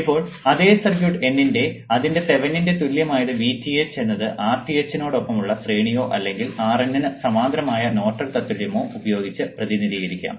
ഇപ്പോൾ അതേ circuit N നെ അതിന്റെ തെവെനിനിന്റെ തുല്യമായ Vth എന്നത് Rth യോടൊപ്പമുള്ള ശ്രേണിയോ അല്ലെങ്കിൽ RN ന് സമാന്തരമായ നോർട്ടൺ തത്തുല്യമോ ഉപയോഗിച്ച് പ്രതിനിധീകരിക്കാം